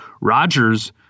Rodgers